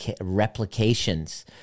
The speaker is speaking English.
replications